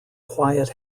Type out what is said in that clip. quiet